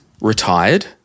retired